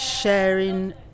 sharing